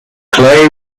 clay